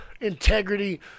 integrity